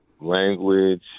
language